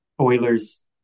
Oilers